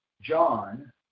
John